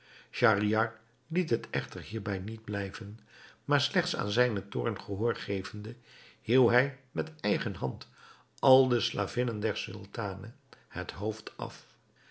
schahriar liet het echter hierbij niet blijven maar slechts aan zijnen toorn gehoor gevende hieuw hij met eigen hand al de slavinnen der sultane het hoofd af